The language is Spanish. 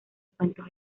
cuentos